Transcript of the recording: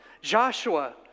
Joshua